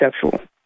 conceptual